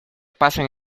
pasan